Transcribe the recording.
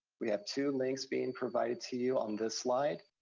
we have two links being provided to you on this slide.